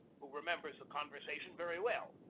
who re members the conversation very well.